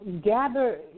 Gather